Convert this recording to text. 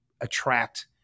attract